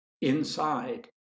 Inside